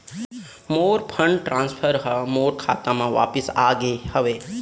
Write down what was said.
मोर fund transfer हा मोर खाता मा वापिस आ गे हवे